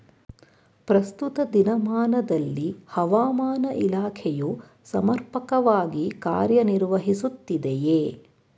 ಪ್ರಸ್ತುತ ದಿನಮಾನದಲ್ಲಿ ಹವಾಮಾನ ಇಲಾಖೆಯು ಸಮರ್ಪಕವಾಗಿ ಕಾರ್ಯ ನಿರ್ವಹಿಸುತ್ತಿದೆಯೇ?